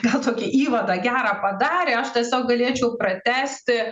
gal tokį įvadą gerą padarė aš tiesiog galėčiau pratęsti